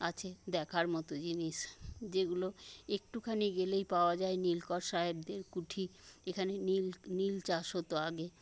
আছে দেখার মতোই জিনিস যেগুলো একটুখানি গেলেই পাওয়া যায় নীলকর সাহেবদের কুঠি এখানে নীল নীল চাষ হত আগে